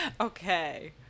Okay